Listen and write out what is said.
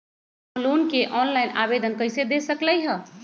हम लोन के ऑनलाइन आवेदन कईसे दे सकलई ह?